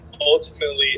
ultimately